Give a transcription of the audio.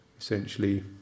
essentially